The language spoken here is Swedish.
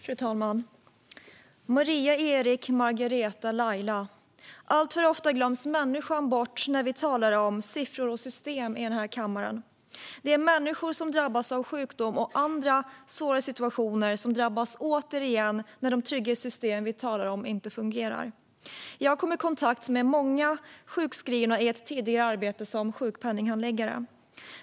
Fru talman! Maria, Erik, Margareta och Laila. Alltför ofta glöms människan bort när vi talar om siffror och system i den här kammaren. Det är människor som drabbas av sjukdom och andra svåra situationer som drabbas återigen när de trygghetssystem vi talar om inte fungerar. Jag kom i kontakt med många sjukskrivna i ett tidigare arbete som sjukpenninghandläggare.